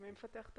מי מפתח את